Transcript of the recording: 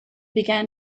began